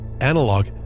analog